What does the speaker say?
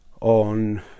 on